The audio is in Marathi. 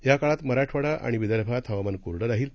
याकाळात मराठवाडा आणि विदर्भात हवामान कोरडं राहीलं